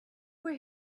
where